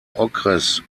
okres